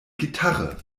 gitarre